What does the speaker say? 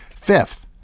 fifth